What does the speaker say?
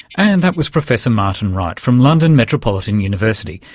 and that was professor martin wright from london metropolitan university.